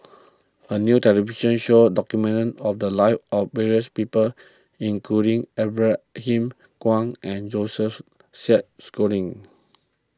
a new television show documented of the lives of various people including Ibrahim Awang and Joseph Isaac Schooling